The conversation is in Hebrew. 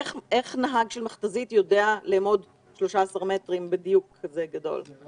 איך נהג של מכת"זית יודע לאמוד 13 מטרים בדיוק כזה גדול?